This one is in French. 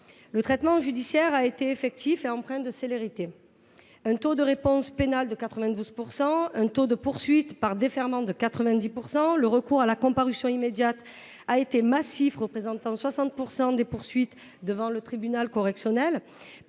Le traitement judiciaire de ces affaires a été effectif et empreint de célérité : un taux de réponse pénale de 92 %, un taux de poursuite par défèrement de 90 %. Le recours à la comparution immédiate a été massif, représentant 60 % des poursuites devant les tribunaux correctionnels.